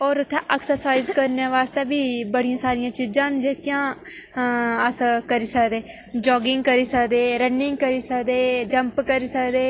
होर उत्थें ऐक्सरसाइज करने वास्तै बी बड़ियां सरियां चीज़ां न जेह्कियां अस करी सकदे जोगिंग करी सकदे रनिंग करी सकदे जम्प करी सकदे